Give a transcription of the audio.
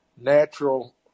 natural